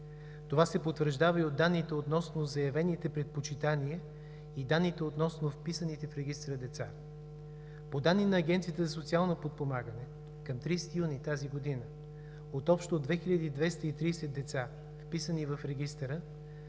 Това се потвърждава и от данните относно заявените предпочитания и данните относно вписаните в регистъра деца. По данни на Агенцията за социално подпомагане към 30 юни тази година от общо 2230 деца, вписани в регистъра,